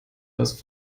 das